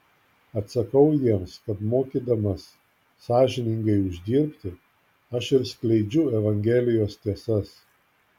atsakau jiems kad mokydamas sąžiningai uždirbti aš ir skleidžiu evangelijos tiesas